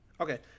Okay